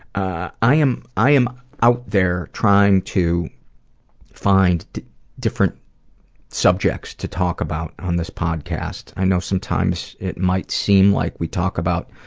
ah i am i am out there, trying to find different subjects to talk about on this podcast. i know sometimes it might seem like we talk about